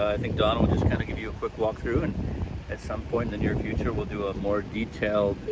i think don will just kind of give you a quick walkthrough and at some point in the near future we'll do a more detailed